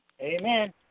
amen